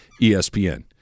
ESPN